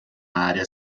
área